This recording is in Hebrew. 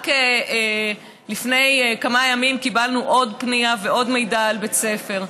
רק לפני כמה ימים קיבלנו עוד פנייה ועוד מידע על בית ספר.